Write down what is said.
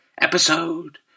episode